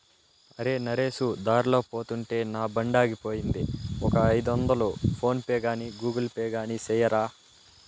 అరే, నరేసు దార్లో పోతుంటే నా బండాగిపోయింది, ఒక ఐదొందలు ఫోన్ పే గాని గూగుల్ పే గాని సెయ్యరా